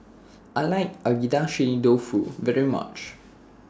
I like Agedashi Dofu very much